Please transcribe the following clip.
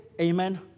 Amen